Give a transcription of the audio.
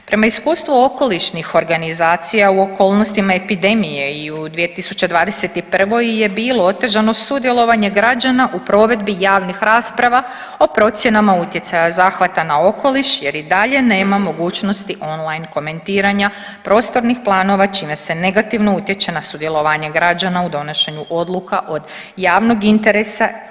Prema iskustvu okolišnih organizacija u okolnostima epidemije i u 2021. je bilo otežano sudjelovanje građana u provedbi javnih rasprava o procjenama utjecaja zahvata na okoliš jer i dalje nema mogućnosti online komentiranja prostornih planova čime se negativno utječe na sudjelovanje građana u donošenju odluka od javnog interesa.